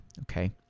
okay